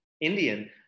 Indian